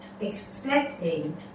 expecting